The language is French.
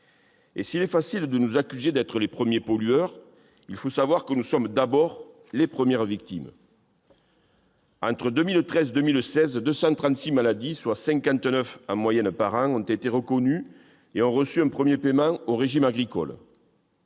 Et s'il est facile de nous accuser d'être les premiers pollueurs, il faut savoir que nous sommes, d'abord, les premières victimes. Entre 2013 et 2016, 236 maladies, soit 59 en moyenne par an, ont été reconnues et ont reçu un premier paiement au régime agricole.